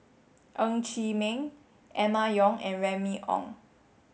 Ng Chee Meng Emma Yong and Remy Ong